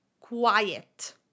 quiet